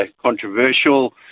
controversial